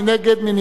מי נמנע?